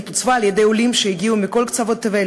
עוצבה על-ידי עולים שהגיעו מכל קצוות תבל